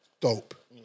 dope